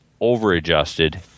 over-adjusted